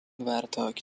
ورتاک